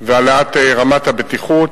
והעלאת רמת הבטיחות,